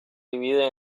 divide